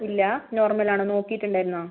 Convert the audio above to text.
ഇല്ലേ നോർമൽ ആണ് നോക്കിയിട്ടുണ്ടായിരുന്നോ